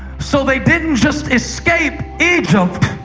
so they didn't just escape egypt.